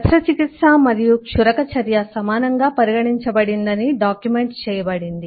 శస్త్రచికిత్స మరియు క్షురక చర్య సమానంగా పరిగణించబడిందని డాక్యుమెంట్ చేయబడింది